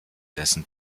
dessen